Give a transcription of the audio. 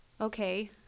Okay